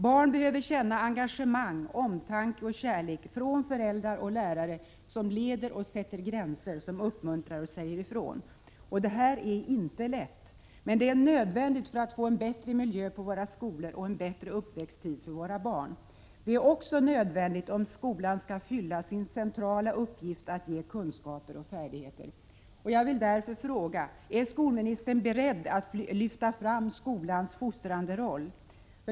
Barn behöver känna engagemang, omtanke och kärlek från föräldrar och lärare som leder och sätter gränser, som uppmuntrar och säger ifrån. Detta är inte lätt. Men det är nödvändigt om vi skall få en bättre miljö i våra skolor och en bättre uppväxttid för våra barn. Det är också nödvändigt om skolan skall kunna fylla sin centrala uppgift att ge kunskaper och färdigheter. Är skolministern beredd att lyfta fram skolans fostrande roll?